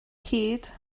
hyd